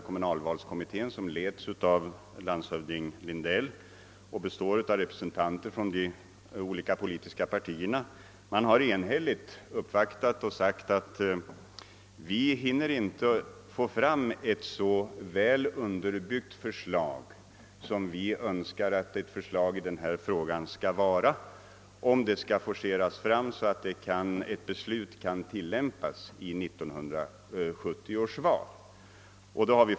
Kommunalvalskommittén, som leds av landshövding Lindell och består av representanter från de olika politiska partierna, har emellertid enhälligt förklarat att den inte hinner få fram ett så väl underbyggt förslag, som den önskar att ett förslag i den här frågan skall vara, ifall dess arbete måste forceras i syfte att nya bestämmelser skall kunna tillämpas vid 1970 års val.